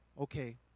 Okay